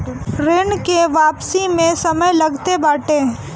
ऋण के वापसी में समय लगते बाटे